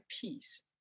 peace